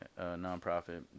nonprofit